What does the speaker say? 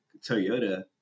Toyota